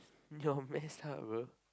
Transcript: you're messed up bro